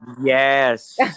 Yes